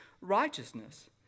righteousness